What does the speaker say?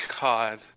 God